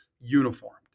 uniformed